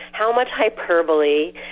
how much hyperbole.